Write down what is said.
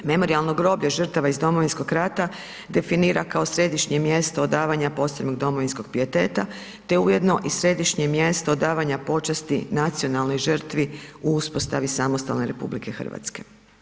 Memorijalno groblje žrtava iz Domovinskog rata definira kao središnje mjesto odavanja posebnog domovinskog pijeteta te ujedno i središnje mjesto odavanja počasti nacionalnoj žrtvi u uspostavi samostalne RH.